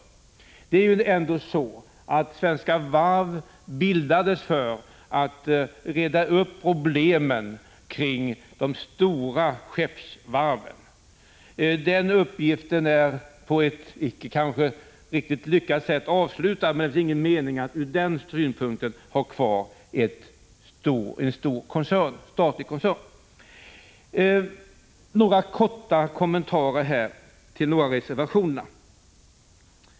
Man bildade ju Svenska Varv därför att man trodde att man på det sättet skulle kunna reda ut problemen kring de stora skeppsvarven. Men den uppgiften har man nog inte avslutat på ett riktigt lyckat sätt. För den skull är det dock ingen mening att ha kvar en stor statlig koncern. Sedan några korta kommentarer till några av reservationerna.